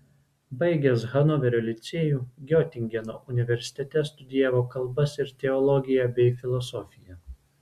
baigęs hanoverio licėjų giotingeno universitete studijavo kalbas ir teologiją bei filosofiją